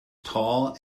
tall